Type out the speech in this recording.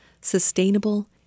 Sustainable